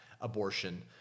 abortion